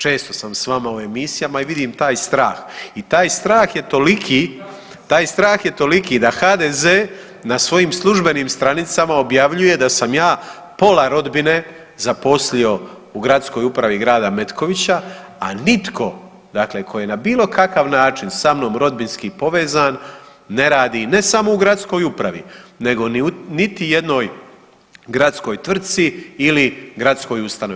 Često sam s vama u emisijama i vidim taj strah i taj strah je toliki, taj strah je toliki da HDZ na svojim službenim stranicama objavljuje da sam ja pola rodbine zaposlio u Gradskoj upravi Grada Metkovića, a nitko dakle ko je na bilo kakav način sa mnom rodbinski povezan ne radi ne samo u gradskoj upravi nego u niti jednoj gradskoj tvrtci ili gradskoj ustanovi.